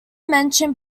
mention